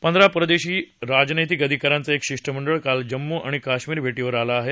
पंधरा परदेशी राजनैतिक अधिकाऱ्यांचं एक शिष्टमंडळ काल जम्मू आणि काश्मीर भेटीवर आलं आहे